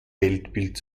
weltbild